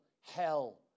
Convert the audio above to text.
hell